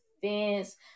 fence